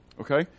Okay